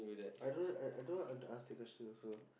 I don't I I don't wanna ask that question also